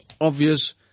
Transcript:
obvious